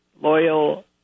loyal